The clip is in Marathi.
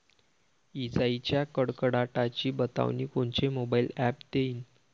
इजाइच्या कडकडाटाची बतावनी कोनचे मोबाईल ॲप देईन?